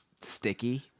sticky